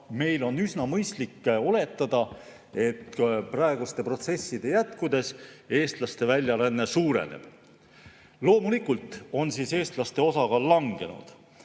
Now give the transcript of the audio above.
meil on üsna mõistlik oletada, et praeguste protsesside jätkudes eestlaste väljaränne suureneb. Loomulikult on siis eestlaste osakaal langenud.